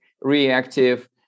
reactive